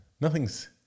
Nothing's